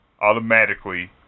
Automatically